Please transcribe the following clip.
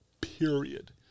period